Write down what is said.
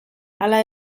hala